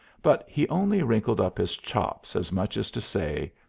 but he only wrinkled up his chops as much as to say,